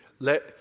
Let